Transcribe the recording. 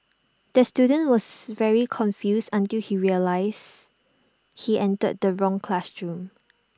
the student was very confused until he realised he entered the wrong classroom